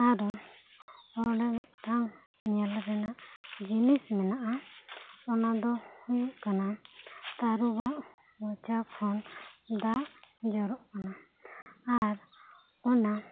ᱟᱨᱚ ᱚᱸᱰᱮ ᱢᱤᱫᱴᱟᱝ ᱧᱮᱞ ᱨᱮᱱᱟᱜ ᱢᱤᱫᱴᱟᱝ ᱡᱤᱱᱤᱥ ᱢᱮᱱᱟᱜ ᱟ ᱚᱱᱟ ᱫᱚ ᱦᱩᱭᱩᱜ ᱠᱟᱱᱟ ᱛᱟᱹᱨᱩᱵᱟᱜ ᱢᱚᱪᱟ ᱠᱷᱚᱱ ᱫᱟᱜ ᱡᱚᱨᱚᱜ ᱠᱟᱱᱟ ᱟᱨ ᱚᱱᱟ